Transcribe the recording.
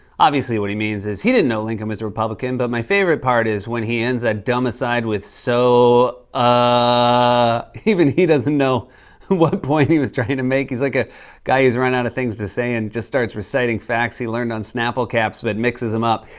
obviously, what he means is he didn't know lincoln was a republican, but my favorite part is when he ends that dumb aside with, so, ah. even he doesn't know what point he was trying to make. he's like a guy who's running out of things to say and just starts reciting facts he learned on snapple caps but mixes them up.